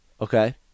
Okay